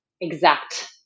exact